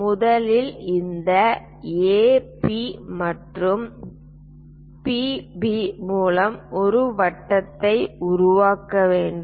முதலில் இந்த AP மற்றும் PB மூலம் ஒரு வட்டத்தை உருவாக்க வேண்டும்